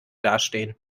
dastehen